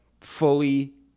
fully